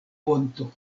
ponto